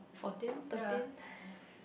fourteen thirteen